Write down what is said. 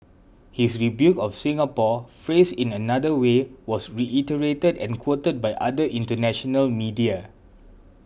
his rebuke of Singapore phrased in another way was reiterated and quoted by other international media